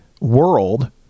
world